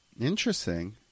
Interesting